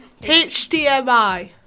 HDMI